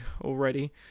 already